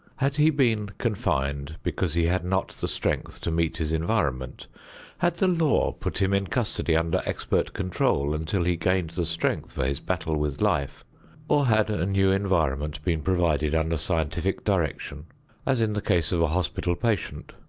had he been confined because he had not the strength to meet his environment had the law put him in custody under expert control until he gained the strength for his battle with life or had a new environment been provided under scientific direction as in the case of a hospital patient,